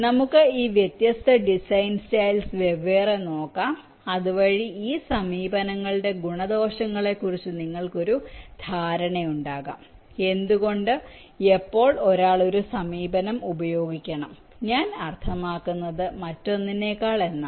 നമുക്ക് ഈ വ്യത്യസ്ത ഡിസൈൻ സ്റ്റൈൽസ് വെവ്വേറെ നോക്കാം അതുവഴി ഈ സമീപനങ്ങളുടെ ഗുണദോഷങ്ങളെക്കുറിച്ച് നിങ്ങൾക്ക് ഒരു ധാരണയുണ്ടാകാം എന്തുകൊണ്ട് എപ്പോൾ ഒരാൾ ഒരു സമീപനം ഉപയോഗിക്കണം ഞാൻ അർത്ഥമാക്കുന്നത് മറ്റൊന്നിനേക്കാൾ എന്നാണ്